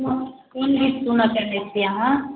कोन गीत सुनऽके चाहै छी अहाँ